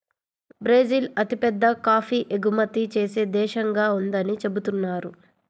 Brazil అతిపెద్ద coffee ఎగుమతి చేసే దేశంగా ఉందని చెబుతున్నారు